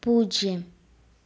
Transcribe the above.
പൂജ്യം